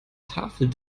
tafel